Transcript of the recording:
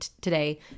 today